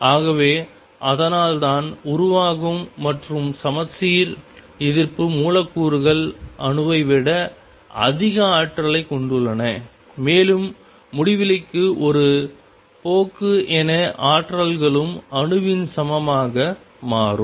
ஆகவே அதனால்தான் உருவாகும் மற்றும் சமச்சீர் எதிர்ப்பு மூலக்கூறுகள் அணுவை விட அதிக ஆற்றலைக் கொண்டுள்ளன மேலும் முடிவிலிக்கு ஒரு போக்கு என இரு ஆற்றல்களும் அணுவின் சமமாக மாறும்